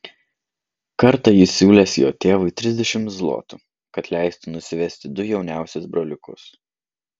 kartą jis siūlęs jo tėvui trisdešimt zlotų kad leistų nusivesti du jauniausius broliukus